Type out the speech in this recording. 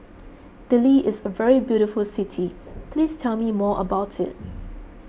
Dili is a very beautiful city please tell me more about it